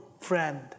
friend